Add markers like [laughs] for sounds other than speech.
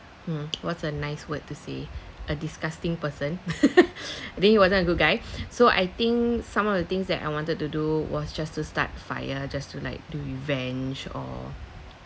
mm what's a nice word to say a disgusting person [laughs] I think he wasn't a good guy [breath] so I think some of the things that I wanted to do was just to start fire just to like to revenge or